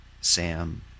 Sam